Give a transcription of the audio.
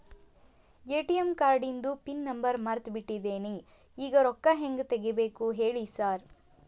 ATM ಕಾರ್ಡಿಂದು pin number ಮರ್ತ್ ಬಿಟ್ಟಿದೇನಿ ಈಗ ರೊಕ್ಕಾ ಹೆಂಗ್ ತೆಗೆಬೇಕು ಹೇಳ್ರಿ ಸಾರ್